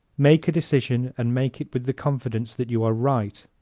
make a decision and make it with the confidence that you are right.